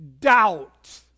Doubt